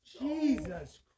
Jesus